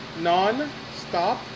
Non-stop